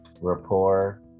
rapport